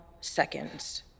seconds